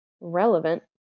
relevant